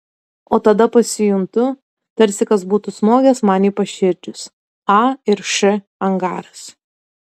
o tada pasijuntu tarsi kas būtų smogęs man į paširdžius a ir š angaras